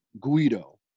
Guido